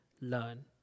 learn